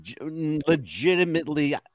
legitimately